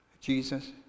Jesus